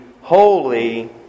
holy